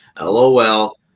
LOL